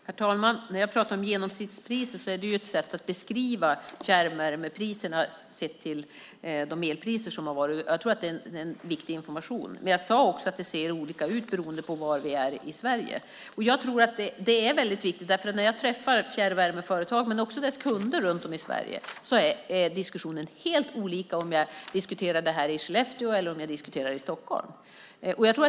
Herr talman! När jag talar om genomsnittspriset är det ett sätt att beskriva fjärrvärmepriserna sett till de elpriser som har varit. Jag tror att det är en viktig information. Men jag sade också att det ser olika ut beroende på var vi är i Sverige. Det är väldigt viktigt. När jag träffar fjärrvärmeföretagen men också deras kunder runt om i Sverige är det helt olika om jag diskuterar detta i Skellefteå eller i Stockholm.